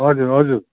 हजुर हजुर